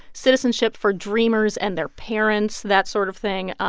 citizenship for dreamers and their parents, that sort of thing.